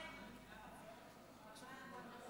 חוק המכינות